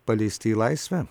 paleisti į laisvę